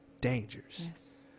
dangers